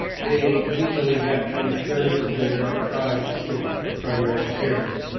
they usually have to return to their tribe to get primary care.